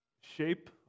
shape